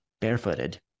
barefooted